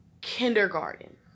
kindergarten